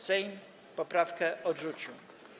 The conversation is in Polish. Sejm poprawkę odrzucił.